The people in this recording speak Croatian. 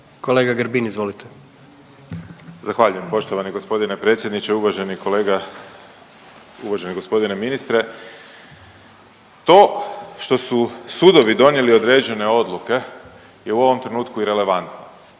Kolega Grbin, izvolite. **Grbin, Peđa (SDP)** Zahvaljujem g. predsjedniče, uvaženi kolega. Uvaženi g. ministre. To što su sudovi donijeli određene odluke je u ovom trenutku irelevantno.